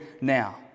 now